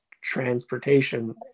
transportation